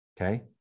Okay